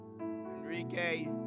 Enrique